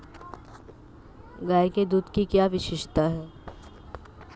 गाय के दूध की क्या विशेषता है?